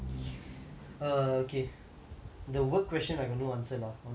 the work question I got no answer lah honestly